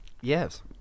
Yes